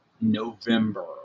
November